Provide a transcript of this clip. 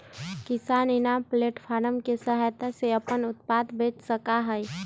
किसान इनाम प्लेटफार्म के सहायता से अपन उत्पाद बेच सका हई